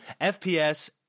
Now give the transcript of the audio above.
FPS